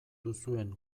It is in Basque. duzuen